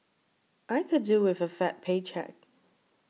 I could do with a fat paycheck